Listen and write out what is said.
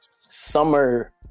summer